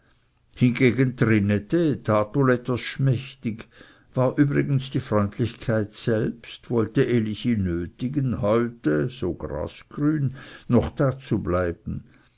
hingegen trinette tat wohl etwas schmächtig war übrigens die freundlichkeit selbst wollte elisi nötigen heute so grasgrün noch dazubleiben